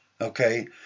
Okay